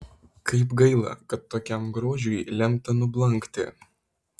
kaip gaila kad tokiam grožiui lemta nublankti